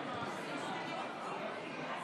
היושב-ראש, חברי